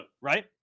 right